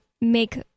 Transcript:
make